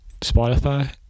spotify